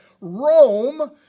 Rome